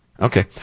Okay